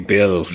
Bill